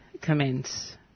commence